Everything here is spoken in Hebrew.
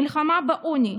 המלחמה בעוני,